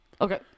Okay